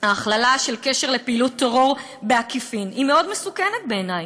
ההכללה של קשר לפעילות טרור בעקיפין היא מאוד מסוכנת בעיני.